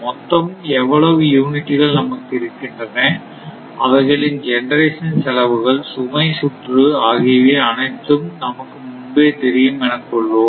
மொத்தம் எவ்வளவு யூனிட்டுகள் நமக்கு இருக்கின்றன அவைகளின் ஜெனரேஷன் செலவுகள் சுமை சுற்று ஆகிய அனைத்தும் நமக்கு முன்பே தெரியும் என கொள்வோம்